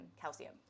calcium